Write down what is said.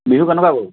বিহু কেনেকুৱা গ'ল